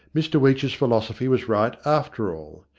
mr weech's phil osophy was right after all.